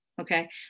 Okay